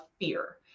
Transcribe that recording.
fear